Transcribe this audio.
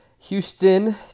Houston